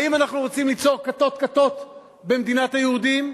האם אנחנו רוצים ליצור כתות-כתות במדינת היהודים?